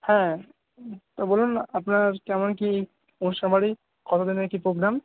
হ্যাঁ বলুন আপনার কেমন কী অনুষ্ঠান বাড়ি কত দিনের কী প্রোগ্রাম